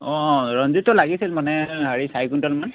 অঁ ৰঞ্জিতটো লাগিছিল মানে হেৰি চাৰি কুইণ্টেলমান